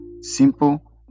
Simple